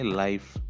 life